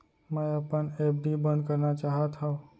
मै अपन एफ.डी बंद करना चाहात हव